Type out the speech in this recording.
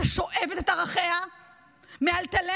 ששואבת את ערכיה מאלטלנה,